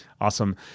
Awesome